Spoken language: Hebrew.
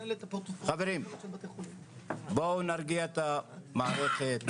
חברים, בואו נרגיע את המערכת.